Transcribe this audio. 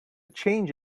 change